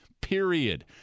period